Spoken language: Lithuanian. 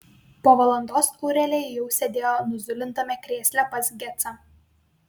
po valandos aurelija jau sėdėjo nuzulintame krėsle pas gecą